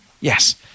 Yes